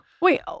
wait